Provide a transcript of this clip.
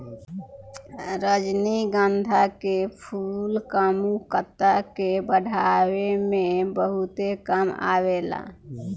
रजनीगंधा के फूल कामुकता के बढ़ावे में बहुते काम आवेला